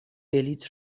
بلیط